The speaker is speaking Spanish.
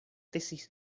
tesis